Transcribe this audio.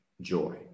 joy